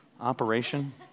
Operation